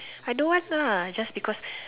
I don't want lah I just because